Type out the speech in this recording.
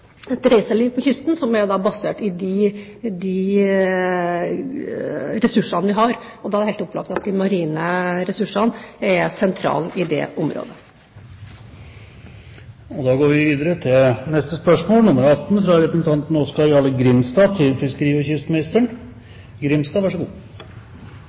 reiseliv langs kysten som er basert på de ressursene vi har, og det er helt opplagt at de marine ressursene er sentrale i det området.